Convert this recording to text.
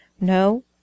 No